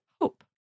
hope